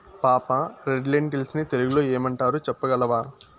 పాపా, red lentils ని తెలుగులో ఏమంటారు చెప్పగలవా